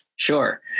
Sure